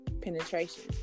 penetration